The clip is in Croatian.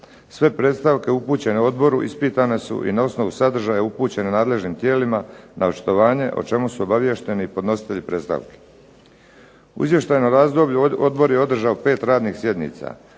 Sve predstavke upućene odboru ispitane su i na osnovu sadržaja upućene nadležnim tijelima na očitovanje o čemu su obaviješteni i podnositelji predstavki. U izvještajnom razdoblju odbor je održao 5 radnih sjednica.